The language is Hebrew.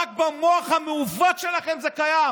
רק במוח המעוות שלכם זה קיים.